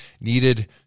needed